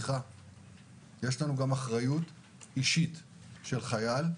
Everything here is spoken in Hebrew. יש גם אחריות אישית של חייל.